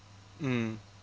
mm